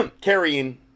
carrying